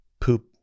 poop